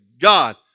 God